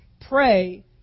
Pray